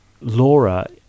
Laura